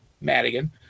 Madigan